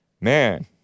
Man